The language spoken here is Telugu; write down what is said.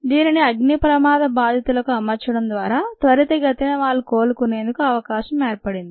దీనిని అగ్ని ప్రమాద బాధితులకు అమర్చడం ద్వారా త్వరతిగతిన వారు కోలుకునేందుకు అవకాశం ఏర్పడింది